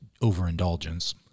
overindulgence